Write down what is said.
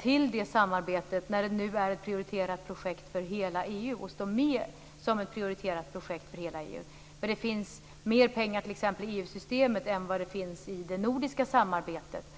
till det samarbetet när det nu är ett prioriterat projekt för hela EU, och står med som ett prioriterat projekt för hela EU. Det finns mer pengar t.ex. i EU systemet än vad det finns i det nordiska samarbetet.